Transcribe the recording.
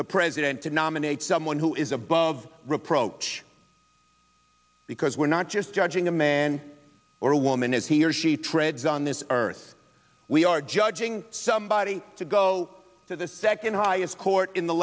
the president to nominate someone who is above reproach because we're not just judging a man or a woman as he or she treads on this earth we are judging somebody to go to the second highest court in the